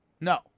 no